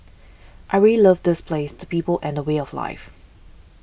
I really love this place the people and the way of life